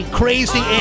crazy